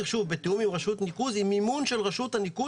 בתיאום עם רשות הניקוז ובמימון של רשות הניקוז